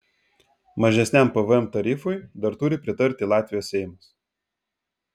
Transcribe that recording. mažesniam pvm tarifui dar turi pritarti latvijos seimas